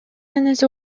энеси